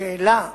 השאלה,